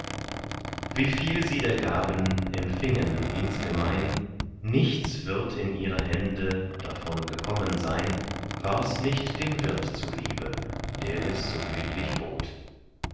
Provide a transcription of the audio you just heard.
wieviel sie der gaben empfingen insgemein nichts würd in ihre hände davon gekommen sein wars nicht dem wirt zuliebe der es so gütlich bot